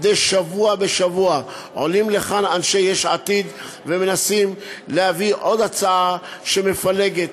מדי שבוע בשבוע עולים לכאן אנשי יש עתיד ומנסים להביא עוד הצעה שמפלגת,